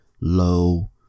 low